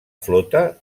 flota